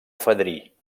fadrí